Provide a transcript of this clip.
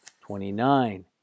twenty-nine